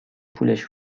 پولش